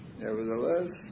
Nevertheless